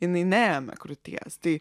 jinai neėmė krūties tai